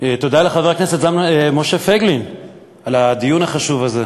תודה לחבר הכנסת משה פייגלין על הדיון החשוב הזה.